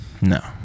No